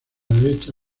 derecha